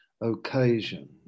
occasion